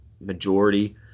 majority